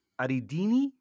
Aridini